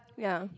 ya